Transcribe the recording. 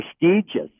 prestigious